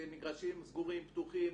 מגרשים סגורים, פתוחים?